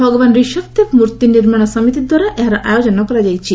ଭଗବାନ ରିଶଭଦେବ ମୂର୍ତ୍ତି ନିର୍ମାଣ ସମିତି ଦ୍ୱାରା ଏହାର ଆୟୋଜନ କରାଯାଇଛି